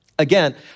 Again